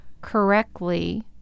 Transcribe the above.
correctly